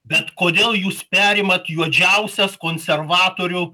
bet kodėl jūs perimat juodžiausias konservatorių